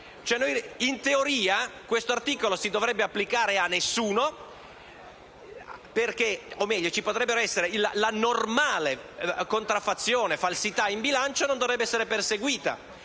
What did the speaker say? In teoria, questo articolo non si dovrebbe applicare a nessuno; o, meglio, la normale contraffazione e falsità in bilancio non dovrebbe essere perseguita